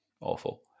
awful